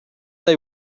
they